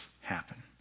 happen